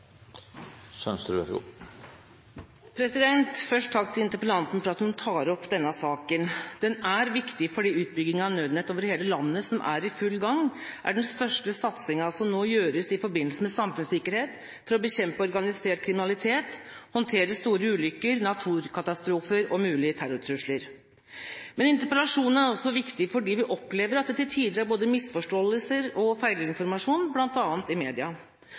viktig fordi utbyggingen av Nødnett over hele landet, som er i full gang, er den største satsingen som nå gjøres i forbindelse med samfunnssikkerhet for å bekjempe organisert kriminalitet, håndtere store ulykker, naturkatastrofer og mulige terrortrusler. Men interpellasjonen er også viktig fordi vi opplever at det til tider er både misforståelser og feilinformasjon bl.a. i media.